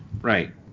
Right